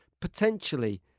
potentially